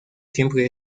siempre